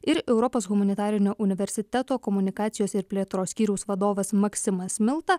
ir europos humanitarinio universiteto komunikacijos ir plėtros skyriaus vadovas maksimas milta